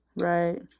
Right